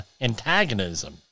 antagonism